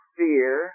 fear